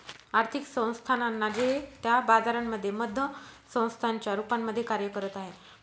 आर्थिक संस्थानांना जे त्या बाजारांमध्ये मध्यस्थांच्या रूपामध्ये कार्य करत आहे